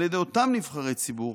על ידי אותם נבחרי ציבור,